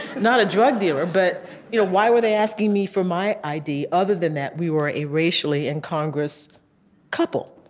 not a drug dealer. but you know why were they asking me for my id, other than that we were a racially incongruous couple?